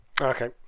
Okay